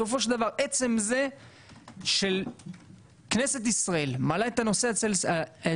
בסופו של דבר עצם זה שכנסת ישראל מעלה את הנושא הזה לסדר-היום,